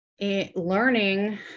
learning